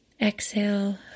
Exhale